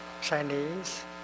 Chinese